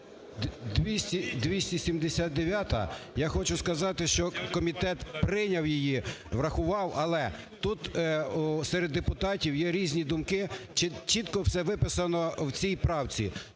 279-а. Я хочу сказати, що комітет прийняв її, врахував. Але тут серед депутатів є різні думки, чітко все виписано в цій правці.